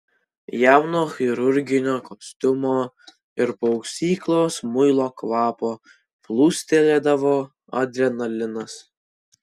jam nuo chirurginio kostiumo ir prausyklos muilo kvapo plūstelėdavo adrenalinas